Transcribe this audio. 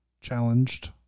challenged